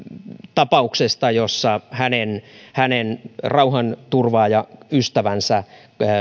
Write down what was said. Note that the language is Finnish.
tapauksesta jossa hänen hänen rauhanturvaajaystävänsä